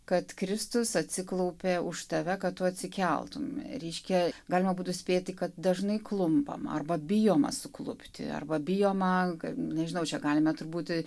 kad kristus atsiklaupė už tave kad tu atsikeltum reiškia galima būtų spėti kad dažnai klumpam arba bijoma suklupti arba bijoma kad nežinau čia galime turbūt